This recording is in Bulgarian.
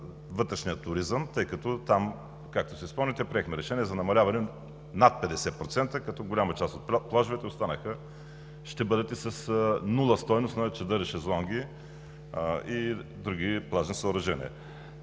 вътрешния туризъм. Там, както си спомняте, приехме решение за намаляване с над 50%, като голяма част от плажовете останаха и ще бъдат с нула стойност на чадъри, шезлонги и други плажни съоръжения.